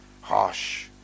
harsh